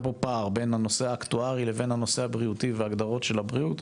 פער בין הנושא האקטוארי לבין הנושא הבריאותי וההגדרות של הבריאות,